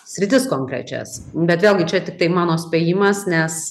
sritis konkrečias bet vėlgi čia tiktai mano spėjimas nes